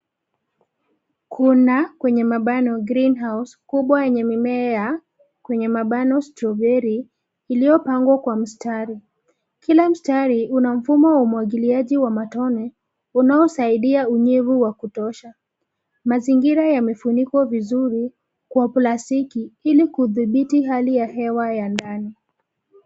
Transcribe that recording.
Kuna, kwenye mabano greenhouse , kubwa yenye mimea ya, kwenye mabano strawberry , iliyopangwa kwa mstari, kila mstari una mfumo wa umwagiliaji wa matone, unaosaidia unyevu wa kutosha, mazingira yamefunikwa vizuri, kwa plastiki, ilikudhibiti hali ya hewa ya ndani.